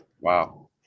Wow